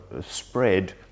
spread